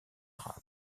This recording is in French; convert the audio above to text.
arabe